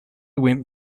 went